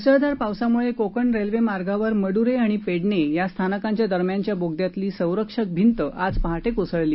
मुसळधार पावसामुळे कोकण रेल्वे मार्गावर मडुरे आणि पेडणे या स्थानकांच्या दरम्यानच्या बोगद्यातली संरक्षक भिंत आज पहाटे कोसळली